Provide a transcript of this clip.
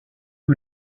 que